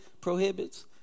prohibits